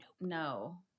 no